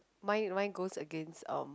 mine mine goes against um